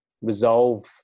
resolve